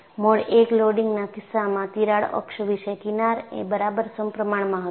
mode 1 લોડિંગના કિસ્સામાં તિરાડ અક્ષ વિશે કિનાર એ બરાબર સપ્રમાણમાં હતું